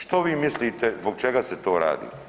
Što vi mislite zbog čega se to radi?